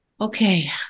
Okay